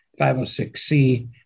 506C